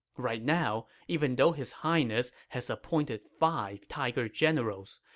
right now, even though his highness has appointed five tiger generals,